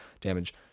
damage